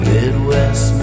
Midwest